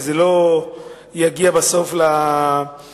וזה לא יגיע בסוף לנזקק,